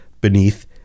beneath